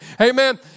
amen